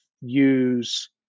use